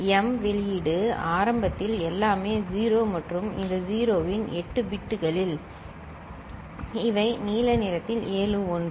M வெளியீடு ஆரம்பத்தில் எல்லாமே 0 மற்றும் இந்த 0 இன் 8 பிட்களில் இவை நீல நிறத்தில் ஏழு ஒன்று சரி